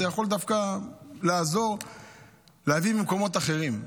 זה יכול דווקא לעזור להביא ממקומות אחרים.